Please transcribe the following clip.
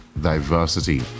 diversity